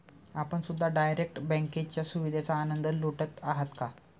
आपण सुद्धा डायरेक्ट बँकेच्या सुविधेचा आनंद लुटत आहात का?